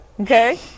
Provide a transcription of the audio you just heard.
okay